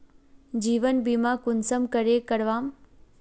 जीवन बीमा कुंसम करे करवाम?